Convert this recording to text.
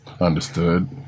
Understood